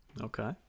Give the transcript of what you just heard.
Okay